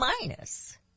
minus